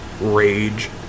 Rage